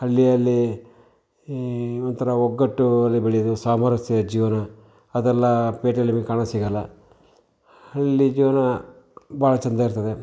ಹಳ್ಳಿಯಲ್ಲಿ ಈ ಒಂಥರ ಒಗ್ಗಟ್ಟು ಅಲ್ಲಿ ಬೆಳೆಯೋದು ಸಾಮರಸ್ಯ ಜೀವನ ಅದೆಲ್ಲ ಪೇಟೆಯಲ್ಲಿ ನಮಗೆ ಕಾಣ ಸಿಗಲ್ಲ ಹಳ್ಳಿ ಜೀವನ ಭಾಳ ಚೆಂದ ಇರ್ತದೆ